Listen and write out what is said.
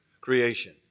creation